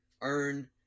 earn